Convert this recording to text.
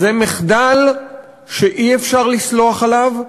זה מחדל שאי-אפשר לסלוח עליו,